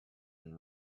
and